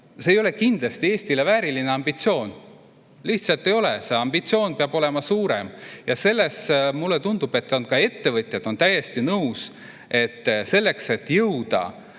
See ei ole kindlasti Eestile vääriline ambitsioon. Lihtsalt ei ole! Ambitsioon peab olema suurem. Mulle tundub, et ka ettevõtjad on täiesti nõus, et kui soovitakse jõuda